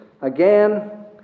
again